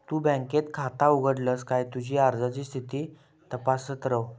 तु बँकेत खाता उघडलस काय तुझी अर्जाची स्थिती तपासत रव